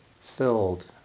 filled